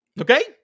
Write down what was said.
okay